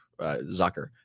Zucker